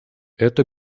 это